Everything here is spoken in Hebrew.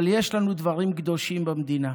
אבל יש לנו דברים קדושים במדינה,